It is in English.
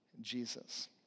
Jesus